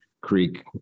Creek